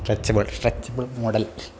stretchable stretchable model